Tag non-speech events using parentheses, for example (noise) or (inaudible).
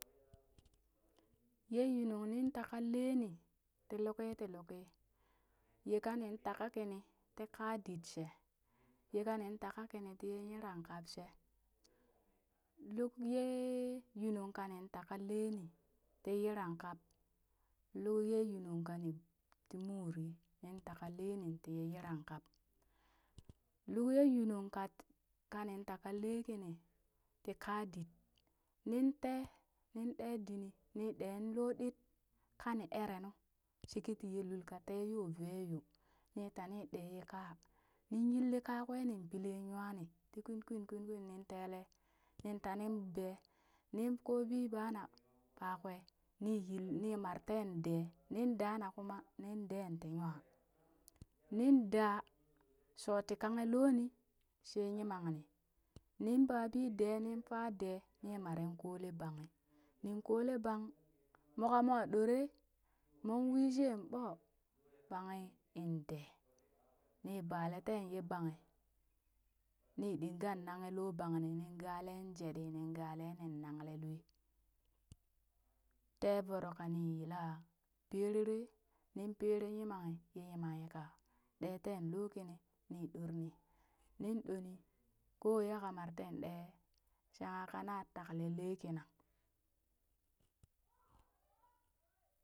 Ye yunung nin taka lenii tii luki ti luki yeka nin taka kinin tii kaa dit she, ye ka nin taaka kini tiye yiran kap shee, luk yee yunung kanin taka leenii tii yiran kap luk yee yuunung kani tii murii, nin taka lee tii yiran kap. luk yee yunung katin ka nin taka leekini tii kaa dit nin tee nin ɗee dini nin dee loo dit, kanin ereenu sheketii ye lul ka tee yo vee yoo, nita ni ɗee ye kaa nin yilli ka kwee nin pillin nywani ti kwin kwin kwin kwin, nin tanin bee, nin kobii bena ɓakwee nii yil na mar teen dee, nin dana kuma nin daa tii nywaa nindaa shooti kanghe loo nii she yemanni nin babii dee nin faa dee nin mare kole banhi, nin kole bang moka mwa ɗoree mon wii shen ɓo banghi inn dee, nii balee teen yee banghi nin ɗingan nanghe loo banghi nin galee jeɗii nin galee nin nanglee lue, tee voro ka ni yili perere nin pere yimangi ye yimanghi ka ɗee teen loo kini nii ɗor nii ɗoni ƙoo waiya ka mar tee shangha ka na takle lee kina. (noise)